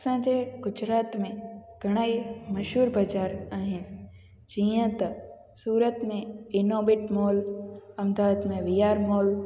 असांजे गुजरात में घणा ई मशहूरु बाज़ारि आहिनि जीअं त सूरत में इनोवेट मॉल अमदाबाद में वीआर मॉल